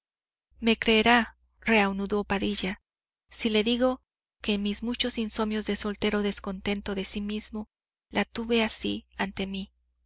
el sofá me creerá reanudó padilla si le digo que en mis muchos insomnios de soltero descontento de sí mismo la tuve así ante mí